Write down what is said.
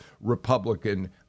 Republican